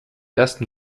ersten